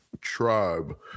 tribe